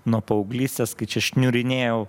nuo paauglystės kai čia šniurinėjau